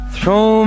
Throw